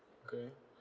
okay